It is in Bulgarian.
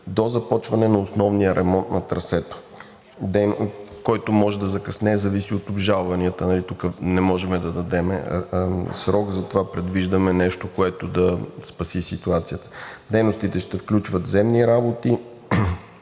до започване на основния ремонт на трасето, който може да закъснее – зависи от обжалванията, тук не можем да дадем срок, затова предвиждаме нещо, което да спаси ситуацията. Дейностите ще включват земни работи,